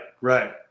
right